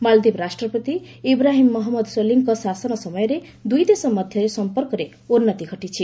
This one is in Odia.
ମାଳଦୀପ ରାଷ୍ଟପତି ଇବାହିମ୍ ମହମ୍ମଦ ସୋଲିଙ୍କ ଶାସନ ସମୟରେ ଦୁଇଦେଶ ମଧ୍ୟରେ ସଂପର୍କରେ ଉନ୍ତି ଘଟିଛି